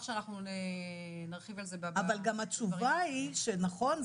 שאנחנו נרחיב על זה --- אבל גם התשובה היא שנכון,